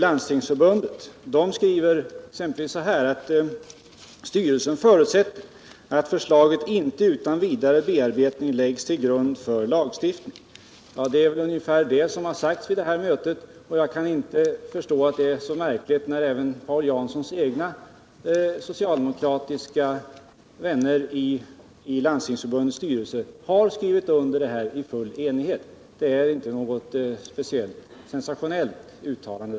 Landstingsförbundet skriver bl.a. följande: ”Styrelsen förutsätter att förslaget inte utan vidare bearbetning läggs till grund för lagstiftning.” Det är väl ungefär vad som har sagts vid det här mötet, och jag kan inte förstå att det är så märkligt, eftersom Paul Janssons socialdemokratiska vänner i Landstingsförbundets styrelse skrivit under i full enighet. Det är alltså inte fråga om något särskilt sensationellt uttalande.